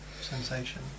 sensation